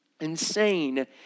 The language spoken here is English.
insane